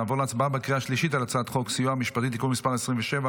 נעבור להצבעה בקריאה השלישית על הצעת חוק הסיוע המשפטי (תיקון מס' 27,